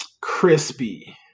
Crispy